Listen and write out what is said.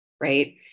Right